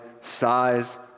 size